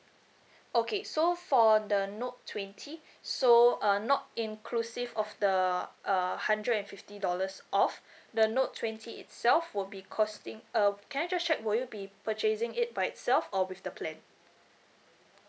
okay so for the note twenty so uh not inclusive of the uh hundred and fifty dollars off the note twenty itself will be costing uh can I just check will you be purchasing it by itself or with the plan